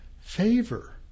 Favor